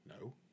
No